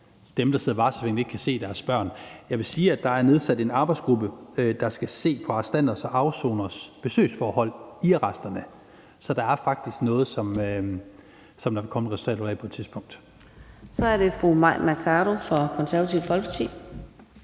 dem, der sidder varetægtsfængslet, ikke kan se deres børn. Jeg vil sige, at der er nedsat en arbejdsgruppe, der skal se på arrestanters og afsoneres besøgsforhold i arresterne. Så der er faktisk noget, som der vil komme et resultat ud af på et tidspunkt. Kl. 18:31 Fjerde næstformand (Karina